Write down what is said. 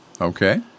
Okay